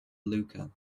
luca